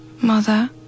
Mother